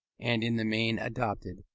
and in the main adopted,